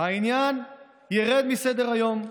העניין ירד מסדר-היום.